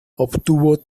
obtuvo